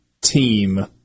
team